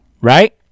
right